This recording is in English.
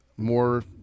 more